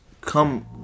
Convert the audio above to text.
come